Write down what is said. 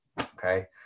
Okay